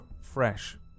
fresh